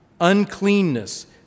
uncleanness